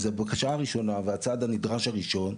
אז הבקשה הראשונה והצעד הנדרש הראשון,